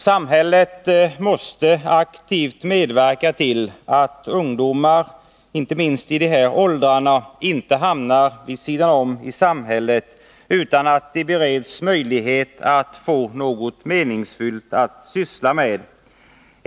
Samhället måste aktivt medverka till att ungdomar inte minst i de här åldrarna inte hamnar vid sidan om i samhället utan bereds möjlighet att få något meningsfullt att syssla med.